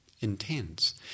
intense